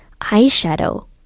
eyeshadow